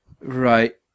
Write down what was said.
right